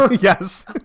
Yes